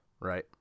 right